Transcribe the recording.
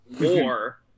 war